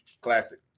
classic